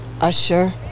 Usher